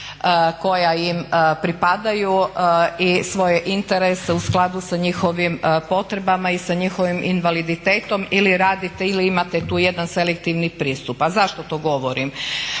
koja im pripadaju i svoje interese u skladu sa njihovim potrebama i sa njihovim invaliditetom ili radite ili imate tu jedan selektivni pristup. A zašto to govorim?